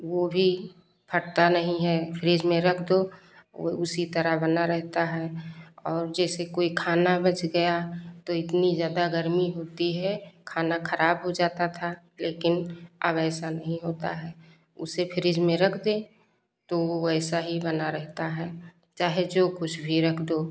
वह भी फटता नहीं है फ्रिज में रख दो वह उसी तरह बना रहता है और जैसे कोई खाना बच गया तो इतनी ज़्यादा गर्मी होती है खाना खराब हो जाता था लेकिन अब ऐसा नहीं होता है उसे फ्रिज में रख दे तो वह वैसा ही बना रहता है चाहे जो कुछ भी रख दो